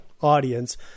audience